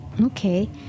Okay